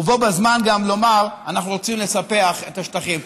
ובו בזמן גם לומר: אנחנו רוצים לספח את השטחים.